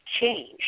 change